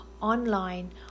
online